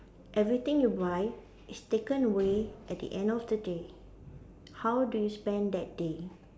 everything you buy is taken away at the end of the day how do you spend that day